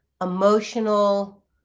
emotional